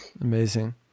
amazing